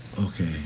Okay